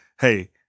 hey